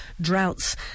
droughts